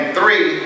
three